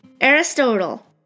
Aristotle